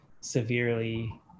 severely